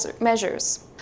measures